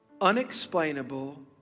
unexplainable